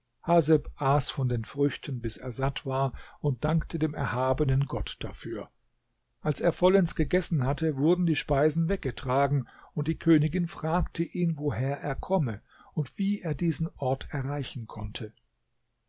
von den früchten bis er satt war und dankte dem erhabenen gott dafür als er vollends gegessen hatte wurden die speisen weggetragen und die königin fragte ihn woher er komme und wie er diesen ort erreichen konnte